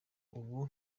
ubu